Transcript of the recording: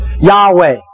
Yahweh